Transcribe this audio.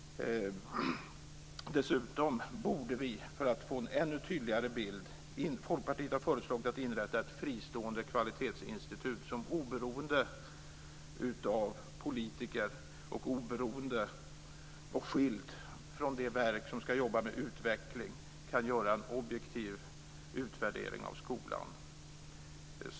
Dessutom borde vi för att få en ännu tydligare bild som Folkpartiet har föreslagit inrätta ett fristående kvalitetsinstitut, som oberoende av politiker och oberoende och skilt från det verk som ska jobba med utveckling kan göra en objektiv utvärdering av skolan.